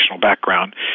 background